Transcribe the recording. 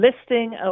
listing